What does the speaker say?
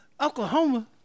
Oklahoma